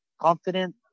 confident